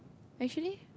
actually